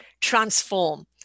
transform